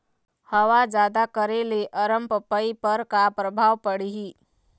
हवा जादा करे ले अरमपपई पर का परभाव पड़िही?